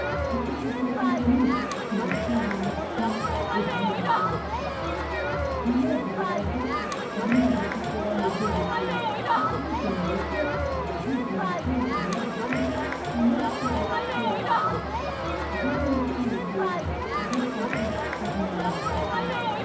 et que c'est cette ironie qui me semble mesquine et digne de moquerie dans l'œuvre de balzac rien de tout cela n'est ridicule pas plus que ne l'était à la vue pénétrante de lamartine son extérieur peu avantageux rien n'est puéril ressenti par une âme passionnée